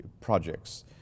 projects